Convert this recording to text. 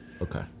Okay